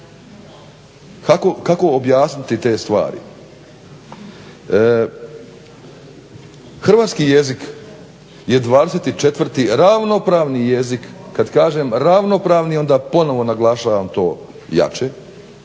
Kako objasniti te stvari? Hrvatski jezik je 24.ravnopravni jezik, kada kažem ravnopravni onda ponovo naglašavam to jače